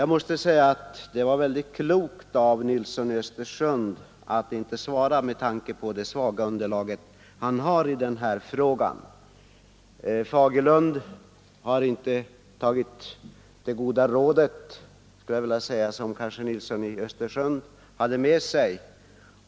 Jag måste säga att det var väldigt klokt av herr Nilsson i Östersund att inte svara med tanke på det svaga underlag han har i den här frågan. För herr Fagerlund hade det också varit bra om han följt herr Nilssons i Östersund exempel.